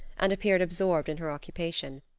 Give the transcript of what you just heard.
and appeared absorbed in her occupation.